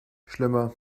schlimmer